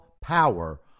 power